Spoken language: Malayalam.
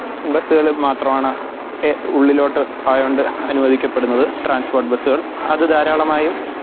ബസ്സുകളിൽ മാത്രമാണ് ഉള്ളിലോട്ട് ആയത്കൊണ്ട് അനുവധിക്കപ്പെടുന്നത് ട്രാന്സ്പ്പോട്ട് ബസ്സുകള് അത് ധാരാളമായും